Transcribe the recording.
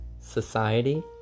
society